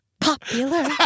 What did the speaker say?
popular